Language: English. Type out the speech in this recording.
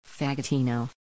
Fagatino